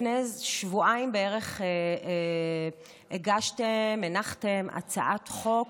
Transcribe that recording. לפני איזה שבועיים בערך הגשתם, הנחתם הצעת חוק